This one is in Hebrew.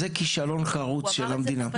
זה כישלון חרוץ של המדינה.